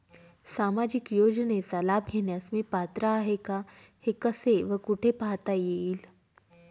सामाजिक योजनेचा लाभ घेण्यास मी पात्र आहे का हे कसे व कुठे पाहता येईल?